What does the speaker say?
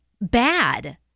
bad